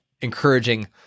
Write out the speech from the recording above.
encouraging